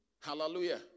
Hallelujah